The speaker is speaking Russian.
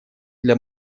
для